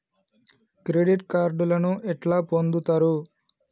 Credit కార్డులను ఎట్లా పొందుతరు?